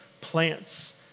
plants